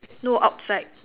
no outside